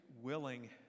willing